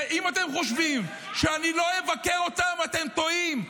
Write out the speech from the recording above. ואם אתם חושבים שאני לא אבקר אותם, אתם טועים.